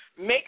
make